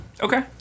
Okay